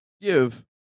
give